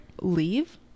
leave